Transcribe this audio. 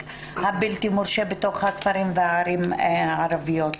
הבלתי-מורשה בתוך הכפרים והערבים הערביים.